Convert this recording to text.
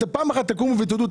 פעם אחת תקומו ותודו,